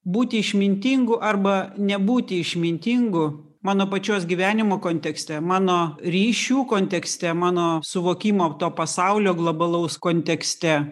būti išmintingu arba nebūti išmintingu mano pačios gyvenimo kontekste mano ryšių kontekste mano suvokimo to pasaulio globalaus kontekste